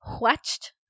watched